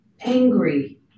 angry